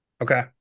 Okay